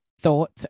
thought